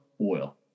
oil